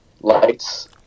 lights